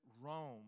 Rome